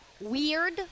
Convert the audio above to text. weird